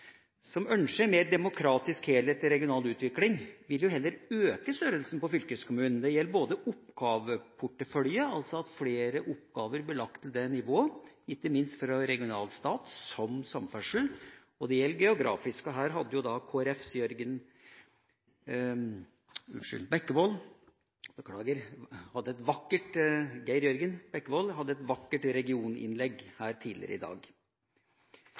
som ønsker en mer demokratisk og helhetlig regional utvikling – vil jo heller øke størrelsen på fylkeskommunen. Det gjelder både oppgaveportefølje – altså at flere oppgaver blir lagt til det nivået, ikke minst fra regional stat, som samferdsel – og det gjelder geografisk. Her holdt Kristelig Folkepartis Geir Jørgen Bekkevold et vakkert regioninnlegg tidligere i dag. Det er interessant å sitte i